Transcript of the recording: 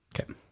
Okay